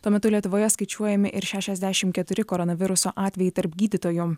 tuo metu lietuvoje skaičiuojami ir šešiasdešimt keturi koronaviruso atvejai tarp gydytojų